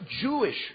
Jewish